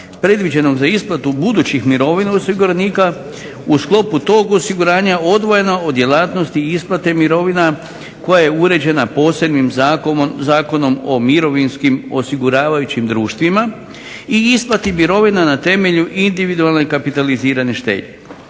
predviđenog za isplatu budućih mirovina osiguranika u sklopu tog osiguranja odvojena od djelatnosti isplate mirovina koje je uređena posebnim Zakonom o mirovinskim osiguravajućim društvima i isplati mirovina na temelju individualne kapitalizirane štednje.